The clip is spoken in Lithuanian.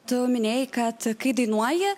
tu minėjai kad kai dainuoji